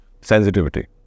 Sensitivity